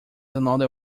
another